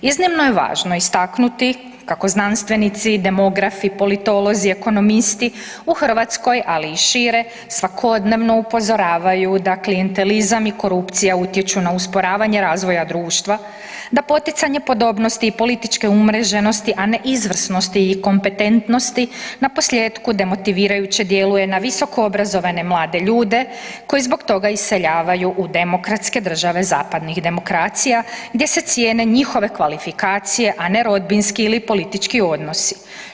Iznimno je važno istaknuti kako znanstvenici, demografi, politolozi, ekonomisti u Hrvatskoj ali i šire svakodnevno upozoravaju da klijentelizam i korupcija utječu na usporavanje društva, da poticanje podobnosti i političke umreženosti, a ne izvrsnosti i kompetentnosti naposljetku demotivirajuće djeluje na visoko obrazovane mlade ljude koji zbog toga iseljavaju u demokratske države zapadnih demokracija gdje se cijene njihove kvalifikacije, a ne rodbinski ili politički odnosi.